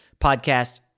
podcast